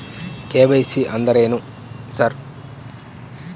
KYC ಅಂದ್ರೇನು sir?